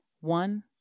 One